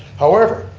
however,